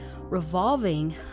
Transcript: revolving